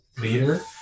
leader